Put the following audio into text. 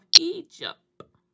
Egypt